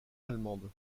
allemandes